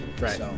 Right